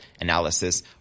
analysis